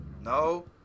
No